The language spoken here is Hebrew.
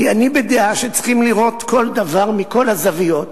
כי אני בדעה שצריכים לראות כל דבר מכל הזוויות,